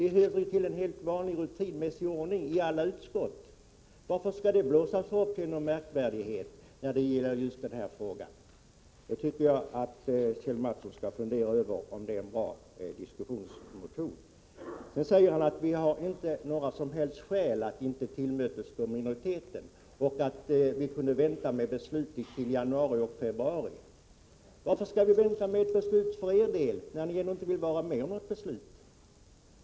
Det tillhör en helt vanlig och rutinmässig ordning i alla utskott. Varför skall det blåsas upp till någon märkvärdighet när det gäller just den här frågan? Jag tycker Kjell Mattsson skall fundera över om det är en bra debattmetod. Sedan säger Kjell Mattsson att vi inte har några som helst skäl att inte tillmötesgå minoritetens önskemål och att vi kunde vänta med beslut till i januari eller februari. Varför skall vi vänta med ett beslut för er skull, när ni ändå inte vill vara med om något beslut?